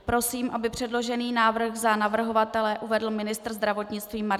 Prosím, aby předložený návrh za navrhovatele uvedl ministr zdravotnictví Martin Holcát.